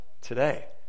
today